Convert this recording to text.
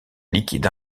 liquide